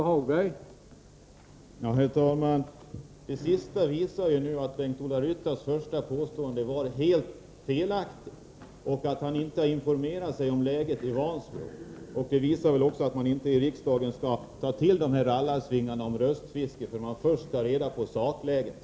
Herr talman! Det sista visar att Bengt-Ola Ryttars första påstående var helt felaktigt och att han inte har informerat sig om läget i Vansbro. Det visar väl också att man inte i riksdagen skall ta till rallarsvingar om röstfiske utan att först ta reda på sakläget.